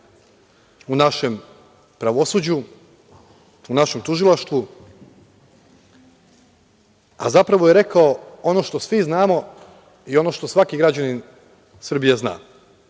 u našem pravosuđu, u našem tužilaštvu, a zapravo je rekao ono što svi znamo i ono što svaki građanin Srbije zna.